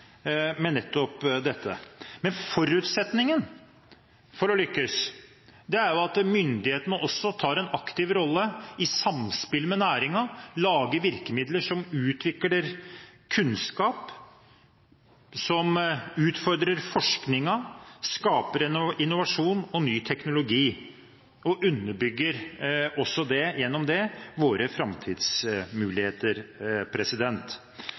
med nettopp dette. Men forutsetningen for å lykkes er at myndighetene også tar en aktiv rolle i samspill med næringen, lager virkemidler som utvikler kunnskap, som utfordrer forskningen, skaper innovasjon og ny teknologi og gjennom det også underbygger våre framtidsmuligheter.